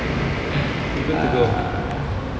we are good to go